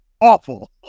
awful